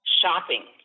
shopping